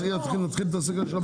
אז נתחיל להתעסק עכשיו בקנסות ?